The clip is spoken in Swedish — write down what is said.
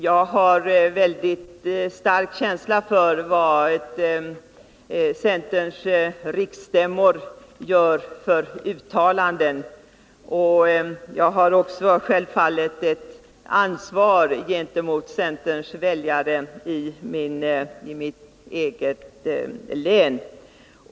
Jag har väldigt stark känsla för de uttalanden som görs av centerns riksstämmor, och jag har självfallet ett ansvar gentemot centerns väljare i mitt eget län.